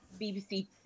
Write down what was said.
BBC